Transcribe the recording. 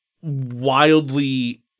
Wildly